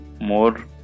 more